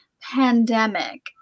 pandemic